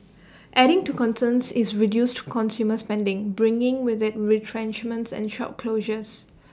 adding to concerns is reduced consumer spending bringing with IT retrenchments and shop closures